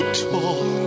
tall